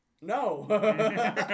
No